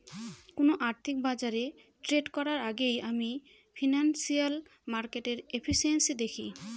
কোন আর্থিক বাজারে ট্রেড করার আগেই আমি ফিনান্সিয়াল মার্কেটের এফিসিয়েন্সি দেখি